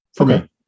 Okay